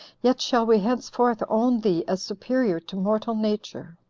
yet shall we henceforth own thee as superior to mortal nature.